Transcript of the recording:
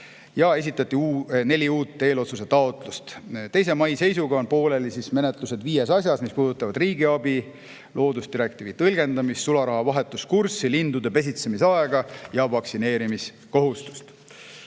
ja esitati neli uut eelotsusetaotlust. 2. mai seisuga on pooleli menetlused viies asjas, mis puudutavad riigiabi, loodusdirektiivi tõlgendamist, sularaha vahetuskurssi, lindude pesitsemisaega ja vaktsineerimiskohustust.